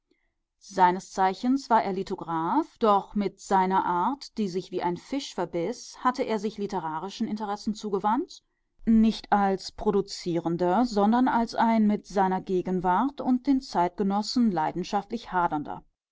seines zeichens war er lithograph doch mit seiner art die sich wie ein fisch verbiß hatte er sich literarischen interessen zugewandt nicht als produzierender sondern als ein mit seiner gegenwart und den zeitgenossen leidenschaftlich hadernder